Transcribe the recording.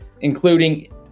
including